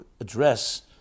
address